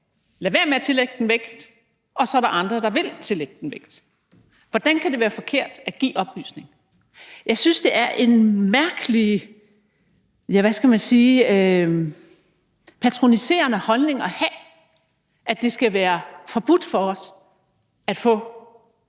lade være med at tillægge den vægt, og så er der andre, der vil tillægge den vægt. Hvordan kan det være forkert at give oplysning? Jeg synes, det er en mærkelig patroniserende holdning at have, altså at det skal være forbudt for os at få yderligere